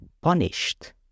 punished